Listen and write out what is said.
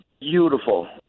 beautiful